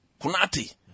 Kunati